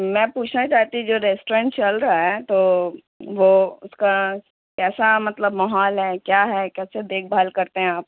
میں پوچھنا چاہتی جو ریسٹورینٹ چل رہا ہے تو وہ اس کا کیسا مطلب ماحول ہے کیا ہے کیسے دیکھ بھال کرتے ہیں آپ